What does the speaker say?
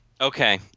Okay